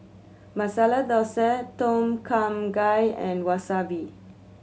Masala Dosa Tom Kha Gai and Wasabi